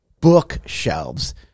bookshelves